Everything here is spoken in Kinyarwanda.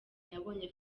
nabonye